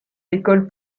l’école